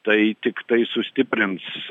tai tiktai sustiprins